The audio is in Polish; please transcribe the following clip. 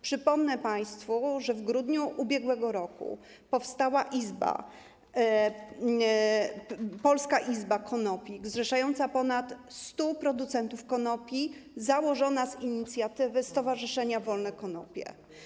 Przypomnę państwu, że w grudniu ub.r. powstała Polska Izba Konopi, zrzeszająca ponad 100 producentów konopi, założona z inicjatywy stowarzyszenia Wolne Konopie.